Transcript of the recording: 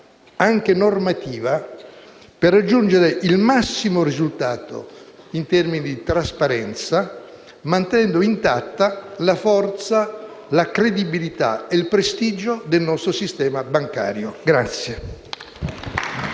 anche normativa per raggiungere il massimo risultato in termini di trasparenza, mantenendo intatta la forza, la credibilità e il prestigio del nostro sistema bancario.